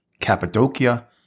Cappadocia